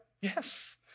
Yes